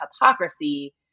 hypocrisy